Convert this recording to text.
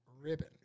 Ribbon